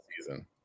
season